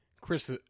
Chris